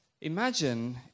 Imagine